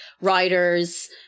Writers